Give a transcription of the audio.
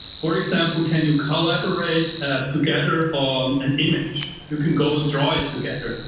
for example, can you collaborate together on an image? you can go and draw it together.